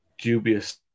dubious